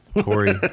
Corey